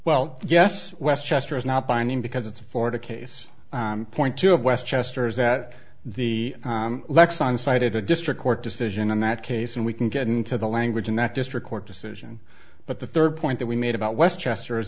well yes westchester is not binding because it's a florida case and point two of westchester is that the lexan cited a district court decision in that case and we can get into the language in that district court decision but the third point that we made about west chester is